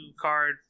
card